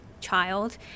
child